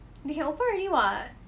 they can open already [what]